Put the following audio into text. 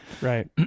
Right